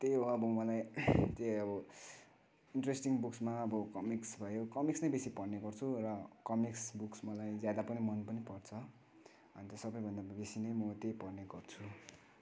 त्यही हो अब मलाई त्यही अब इन्टरेस्टिङ बुक्समा कमिक्स भयो कमिक्स नै बेसी पढ्ने गर्छु र कमिक्स बुक मलाई ज्यादा पनि मन पनि पर्छ अन्त सबैभन्दा बेसी नै म त्यही पढ्ने गर्छु